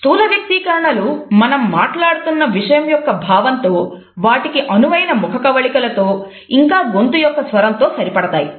స్థూల వ్యక్తీకరణలు మనం మాట్లాడుతున్న విషయం యొక్క భావంతో వాటికి అనువైన ముఖకవళికల తో ఇంకా గొంతు యొక్క స్వరంతో సరి పడతాయి